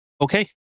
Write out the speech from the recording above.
okay